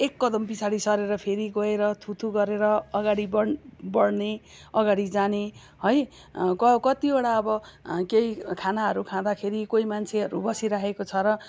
एक कदम पछाडि सरेर फेरि गएर थुथु गरेर अगाडि बढ् बढ्ने अगाडि जाने है क कतिवटा अब केही खानाहरू खाँदाखेरि कोही मान्छेहरू बसिराखेको छ र